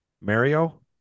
Mario